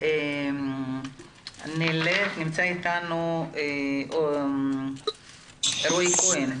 נמצא איתנו רועי כהן,